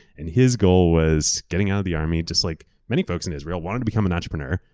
and his goal was getting out of the army just like many folks in israel, wanted to become an entrepreneur,